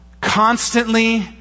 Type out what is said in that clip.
Constantly